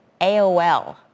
AOL